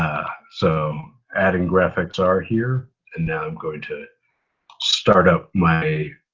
so adding graphxr here and now i'm going to start up my